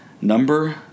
Number